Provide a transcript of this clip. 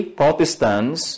Protestants